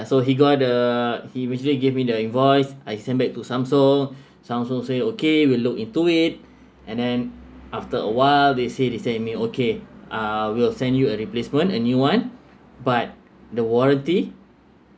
so he got the he immediately give me the invoice I send back to samsung samsung say okay we'll look into it and then after awhile they say they say to me okay uh we'll send you a replacement a new one but the warranty